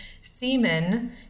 semen